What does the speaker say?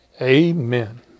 Amen